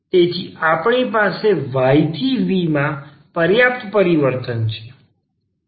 તેથી આપણી પાસે y થી v માં પર્યાપ્ત પરિવર્તન છે